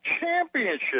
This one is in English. Championship